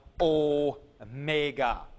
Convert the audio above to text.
OMEGA